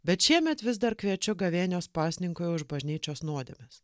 bet šiemet vis dar kviečiu gavėnios pasninkui už bažnyčios nuodėmes